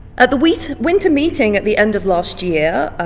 at the winter winter meeting at the end of last year,